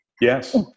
yes